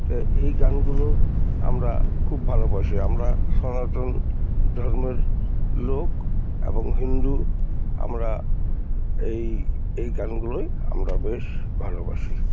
তো এই গানগুলো আমরা খুব ভালোবাসি আমরা সনাতন ধর্মের লোক এবং হিন্দু আমরা এই এই গানগুলোই আমরা বেশ ভালোবাসি